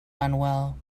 manuel